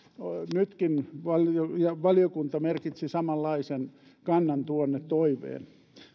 nytkin valiokunta merkitsi samanlaisen kannan tuonne toiveeksi